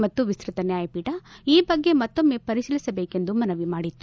ಮತ್ತು ವಿಸ್ತತ ನ್ಯಾಯಪೀಠ ಈ ಬಗ್ಗೆ ಮತ್ತೊಮ್ನೆ ಪರಿಶೀಲಿಸಬೇಕೆಂದು ಮನವಿ ಮಾಡಿತ್ತು